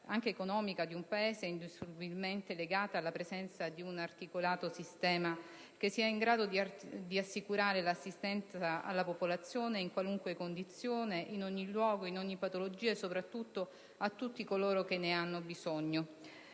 anche economica, di un Paese è indissolubilmente legata alla presenza di un articolato sistema che sia in grado di assicurare assistenza alla popolazione in qualunque condizione, in ogni luogo, per ogni patologia e, soprattutto, a tutti coloro che ne hanno bisogno.